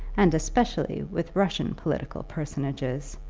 and especially with russian political personages,